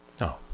No